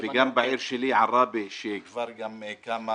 וגם בעיר של עראבה, שכבר כמה